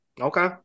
Okay